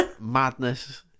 madness